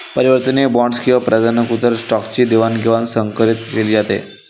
परिवर्तनीय बॉण्ड्स किंवा प्राधान्यकृत स्टॉकची देवाणघेवाण संकरीत केली जाते